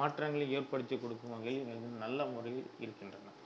மாற்றங்களில் ஏற்படுத்தி கொடுக்கும் வகையில் மிகவும் நல்ல முறையில் இருக்கின்றன